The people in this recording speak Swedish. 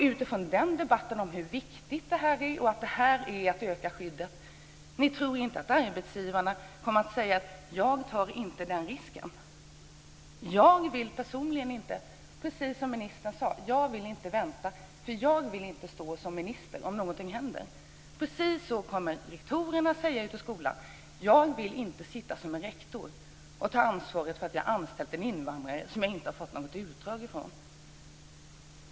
Utifrån debatten om hur viktigt detta är och att det här är att öka skyddet undrar jag om ni inte tror att arbetsgivarna kommer att säga att de inte tar den risken. Personligen vill jag inte vänta - precis som ministern sade: Jag vill inte vänta, för jag vill inte stå som minister om någonting händer. Men precis så kommer rektorerna ute i skolorna säga: Jag vill inte sitta som rektor och ta ansvaret för att ha anställt en invandrare som jag inte fått något utdrag av.